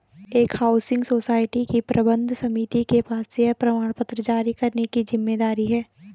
एक housing society की प्रबंध समिति के पास शेयर प्रमाणपत्र जारी करने की जिम्मेदारी है